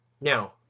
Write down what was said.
Now